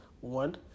one